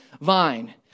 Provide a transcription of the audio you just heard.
vine